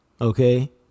okay